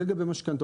זה לגבי משכנתאות.